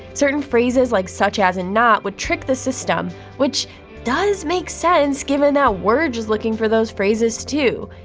certain phrases like such as and not would trick the system, which does make sense given that we're just looking for those phrases too.